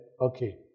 Okay